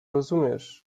rozumiesz